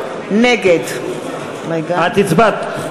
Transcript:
נגד את הצבעת,